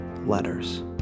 letters